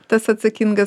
tas atsakingas